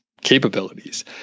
capabilities